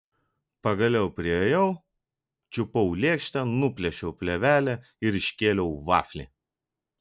pagaliau priėjau čiupau lėkštę nuplėšiau plėvelę ir iškėliau vaflį